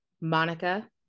Monica